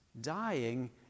dying